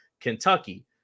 Kentucky